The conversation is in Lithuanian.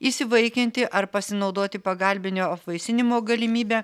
įsivaikinti ar pasinaudoti pagalbinio apvaisinimo galimybe